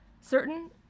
certain